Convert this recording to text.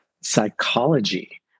psychology